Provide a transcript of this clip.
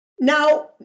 Now